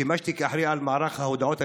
שימשתי כאחראי על מערך ההודעות על